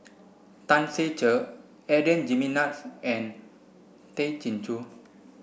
Tan Ser Cher Adan Jimenez and Tay Chin Joo